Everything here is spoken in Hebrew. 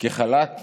כחל"ת